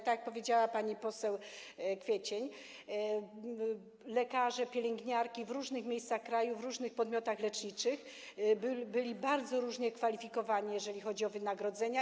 Tak jak powiedziała pani poseł Kwiecień, lekarze, pielęgniarki w różnych miejscach kraju, w różnych podmiotach leczniczych byli bardzo różnie kwalifikowani, jeżeli chodzi o wynagrodzenia.